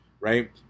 right